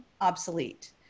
obsolete